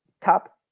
top